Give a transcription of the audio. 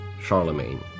Charlemagne